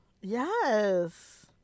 Yes